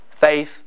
faith